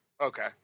Okay